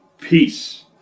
peace